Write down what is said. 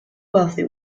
wealthy